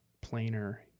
Planer